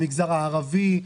למגזר הערבי,